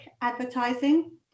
advertising